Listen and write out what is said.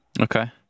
Okay